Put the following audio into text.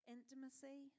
Intimacy